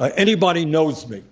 ah anybody knows me